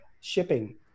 shipping